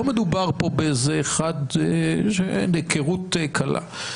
לא מדובר פה באיזה אחד עם היכרות קלה.